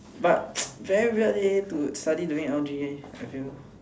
but very weird leh to study during L_G I feel